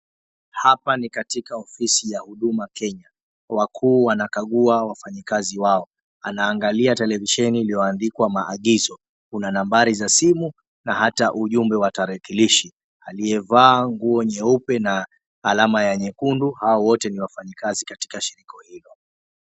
Hapa ni Katika ofisi ya Huduma Kenya. Wakuu wanakagua wafanyikazi wao, anaangalia televisheni iliyoandikwa maagizo. Kuna nambari za simu na hata ujumbe wa tarakilishi. Aliyevaa nguo nyeupe na alama nyekundu hao wote ni wafanyikazi katika shiriko ilo.